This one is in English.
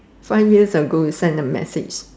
five years ago you send a message